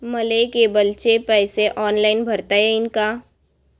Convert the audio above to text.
मले केबलचे पैसे ऑनलाईन भरता येईन का?